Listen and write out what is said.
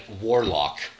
Warlock